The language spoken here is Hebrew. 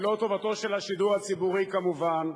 ולא את טובתו של השידור הציבורי, כמובן,